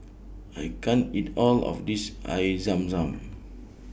I can't eat All of This Air Zam Zam